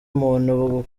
muntu